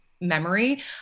memory